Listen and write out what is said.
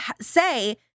say